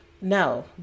No